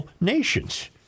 nations